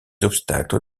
obstacles